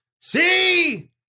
see